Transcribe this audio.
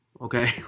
Okay